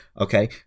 Okay